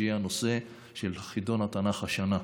שיהיה הנושא של חידון התנ"ך השנה: